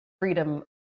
freedom